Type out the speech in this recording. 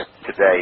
Today